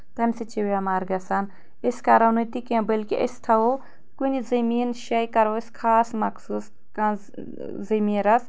تمہِ سۭتۍ چھِ بٮ۪مار گژھان أسۍ کرو نہٕ تہِ کینٛہہ بلکہِ أسۍ تھاوو کُنہِ زٔمیٖن جایہِ کرو أسۍ خاص مخصوٗص کنٛز زٔمیٖن رس